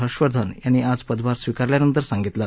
हर्षवर्धन यांनी आज पदभार स्वीकारल्यानंतर सांगितलं